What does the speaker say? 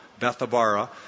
Bethabara